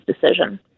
decision